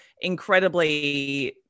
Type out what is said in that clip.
incredibly